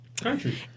Country